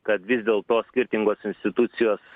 kad vis dėlto skirtingos institucijos